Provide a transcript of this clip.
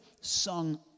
sung